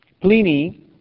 Pliny